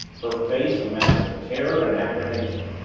her face a mask of terror and apprehension.